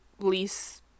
lease